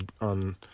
on